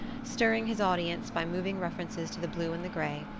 stirring his audience by moving references to the blue and the gray,